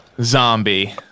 zombie